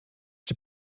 czy